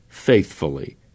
faithfully